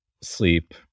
sleep